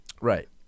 Right